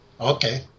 okay